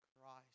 Christ